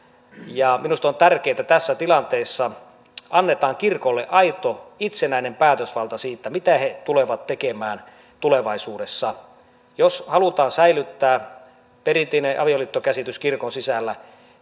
minusta on tärkeätä tässä tilanteessa että annetaan kirkolle aito itsenäinen päätösvalta siitä mitä he tulevat tekemään tulevaisuudessa jos halutaan säilyttää perinteinen avioliittokäsitys kirkon sisällä